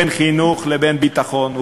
בין חינוך לבין ביטחון.